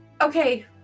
Okay